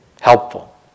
helpful